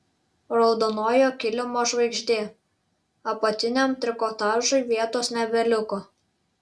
raudonojo kilimo žvaigždė apatiniam trikotažui vietos nebeliko